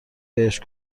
بهش